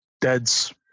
dad's